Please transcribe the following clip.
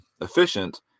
efficient